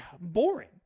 boring